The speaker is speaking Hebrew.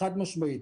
חד משמעית,